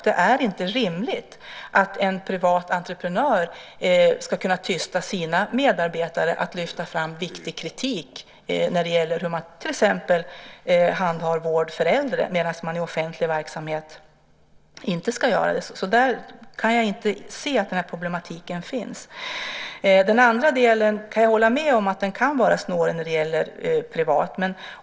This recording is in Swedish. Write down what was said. Det är inte rimligt att en privat entreprenör ska kunna tysta sina medarbetare så att de inte kan lyfta fram viktig kritik om hur man till exempel handhar vård för äldre medan man i offentlig verksamhet inte ska göra det. Jag kan inte se att den problematiken finns. När det gäller den andra delen kan jag hålla med om att det kan vara snårigt för privat verksamhet.